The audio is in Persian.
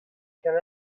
کنار